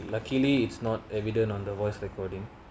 luckily it's not evident on the voice recording